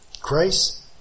Grace